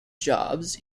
jobs